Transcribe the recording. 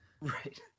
Right